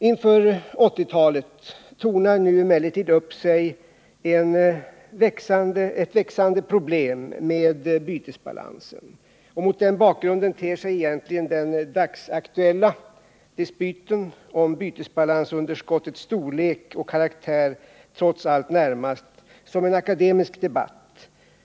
Inför 1980-talet tornar nu emellertid upp sig ett växande problem med bytesbalansen. Mot den bakgrunden ter sig egentligen den dagsaktuella dispyten om bytesbalansunderskottets storlek och karaktär trots allt närmast som en akademisk debatt.